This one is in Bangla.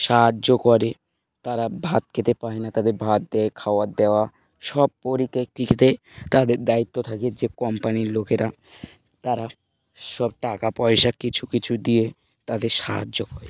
সাহায্য করে তারা ভাত খেতে পায় না তাদের ভাত দেয় খাওয়ার দেওয়া সব পরিস্থিতিতে খেতে তাদের দায়িত্ব থাকে যে কোম্পানির লোকেরা তারা সব টাকা পয়সা কিছু কিছু দিয়ে তাদের সাহায্য করে